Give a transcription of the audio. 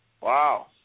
Wow